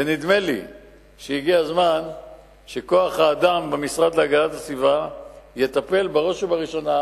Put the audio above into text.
ונדמה לי שהגיע הזמן שכוח האדם במשרד להגנת הסביבה יטפל בראש ובראשונה